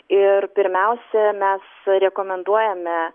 ir pirmiausia mes rekomenduojame